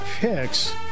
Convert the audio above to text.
Picks